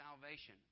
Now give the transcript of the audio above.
salvation